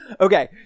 Okay